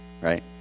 right